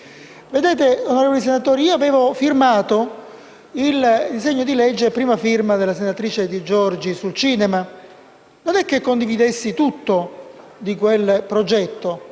Governo. Onorevoli senatori, io avevo firmato il disegno di legge a prima firma della senatrice Di Giorgi sul cinema. Non condividevo tutto di quel progetto,